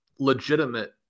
legitimate